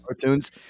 cartoons